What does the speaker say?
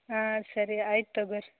ಹಾಂ ಸರಿ ಆಯ್ತು ತಗೋರಿ